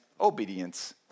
obedience